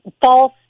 false